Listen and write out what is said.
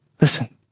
listen